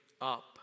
up